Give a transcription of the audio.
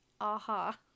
AHA